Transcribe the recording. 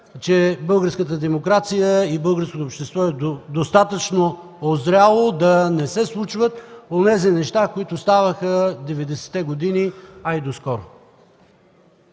че българската демокрация, българското общество е достатъчно узряло, за да не се случват онези неща, които станаха през 90-те години, а и доскоро.